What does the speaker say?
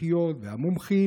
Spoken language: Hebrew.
המומחיות והמומחים,